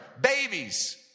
babies